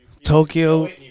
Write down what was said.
Tokyo